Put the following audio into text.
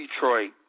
Detroit